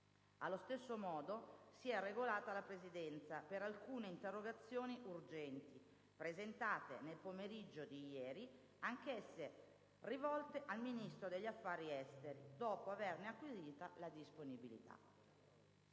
Allo stesso modo si è regolata la Presidenza per alcune interrogazioni urgenti presentate nel pomeriggio di ieri, anch'esse rivolte al Ministro degli affari, dopo averne acquisita la disponibilità.